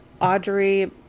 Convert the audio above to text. Audrey